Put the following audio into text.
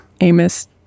Amos